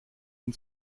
ihn